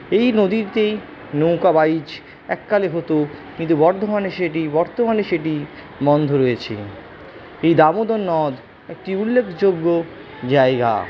এই নদীতেই নৌকা বাইচ এককালে হতো কিন্তু বর্ধমানে সেটি বর্তমানে সেটি বন্ধ রয়েছে এই দামোদর নদ একটি উল্লেখযোগ্য জায়গা